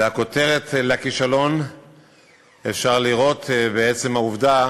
את כותרת הכישלון הכלכלי אפשר לראות בעצם העובדה